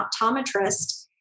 optometrist